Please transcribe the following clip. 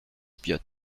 biot